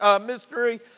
mystery